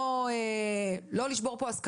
כדי לא לשבור פה הסכמות,